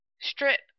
strip